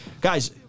guys